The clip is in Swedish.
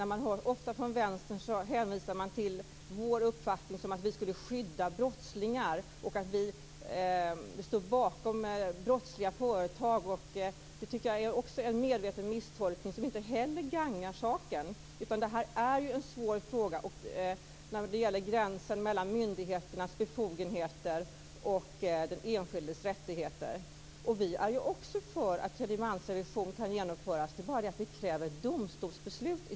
Vänstern hänvisar ofta till vår uppfattning som att vi skulle skydda brottslingar och att vi står bakom brottsliga företag. Det är också en medveten misstolkning som inte heller gagnar saken. Frågan om gränsen mellan myndigheternas befogenheter och den enskildes rättigheter är svår. Vi är också för att tredjemansrevision skall kunna genomföras - det är bara det att vi i så fall kräver domstolsbeslut.